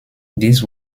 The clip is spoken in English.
this